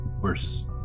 worse